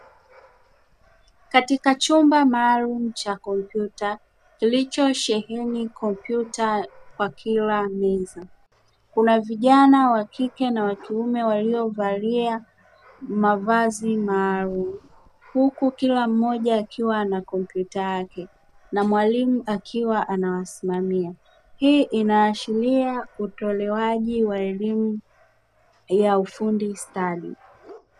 katika chumba maalumu cha kompyuta kilichosheheni kompyuta kwa kila meza, kuna vijana wa kike na wa kiume waliovalia mavazi maalumu, huku kila mmoja akiwa ana kompyuta yake na mwalimu akiwa ana wasimamia. Hii inaashiria utolewaji wa elimu ya ufundi stadi.